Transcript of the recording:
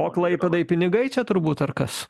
o klaipėdai pinigai čia turbūt ar kas